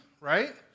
right